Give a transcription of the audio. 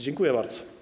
Dziękuję bardzo.